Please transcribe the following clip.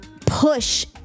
push